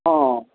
हँ